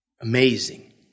Amazing